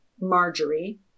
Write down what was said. Marjorie